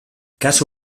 kasu